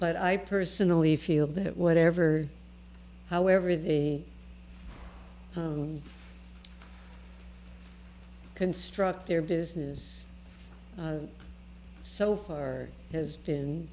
but i personally feel that whatever however they construct their business so far has been